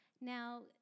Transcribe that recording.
Now